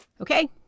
Okay